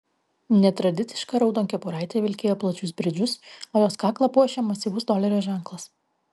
netradiciška raudonkepuraitė vilkėjo plačius bridžus o jos kaklą puošė masyvus dolerio ženklas